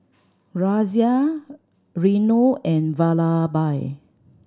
Razia Renu and Vallabhbhai